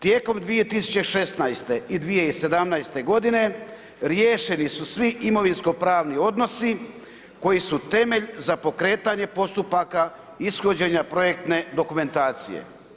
Tijekom 2016. i 2017. godine riješeni su svi imovinsko-pravni odnosi koji su temelj za pokretanje postupaka ishođenja projektne dokumentacije.